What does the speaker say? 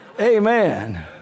Amen